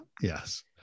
Yes